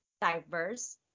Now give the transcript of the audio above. diverse